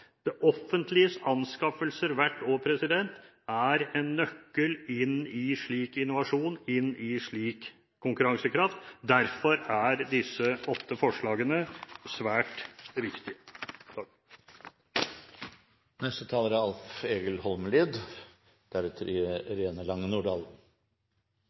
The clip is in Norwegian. Det offentliges anskaffelser hvert år er en nøkkel inn i slik innovasjon og konkurransekraft – derfor er disse åtte forslagene svært viktige. Offentlege innkjøp utgjer om lag 15 pst. av bruttonasjonalproduktet og er